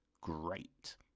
great